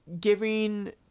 giving